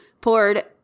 poured